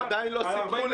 בעניין